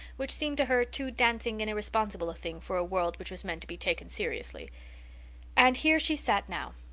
which seemed to her too dancing and irresponsible a thing for a world which was meant to be taken seriously and here she sat now,